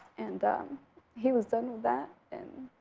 and um he was done with that and